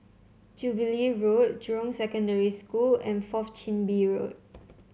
Jubilee Road Jurong Secondary School and Fourth Chin Bee Road